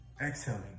exhaling